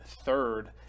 third